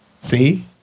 See